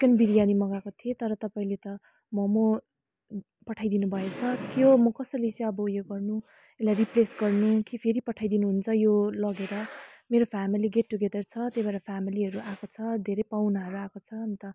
chicken biryani मगाएको थिएँ तर तपाईँले त मम पठाइदिनु भएछ के हो म कसरी चाहिँ अब यो गर्नु यसलाई रिप्लेस गर्नु कि फेरि पठाइदिनु हुन्छ यो लगेर मेरो फ्यामिली गेट टुगेदर छ त्यही भएर फ्यामिलीहरू आएको छ धेरै पाहुनाहरू आएको छ अन्त